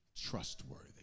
trustworthy